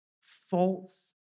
false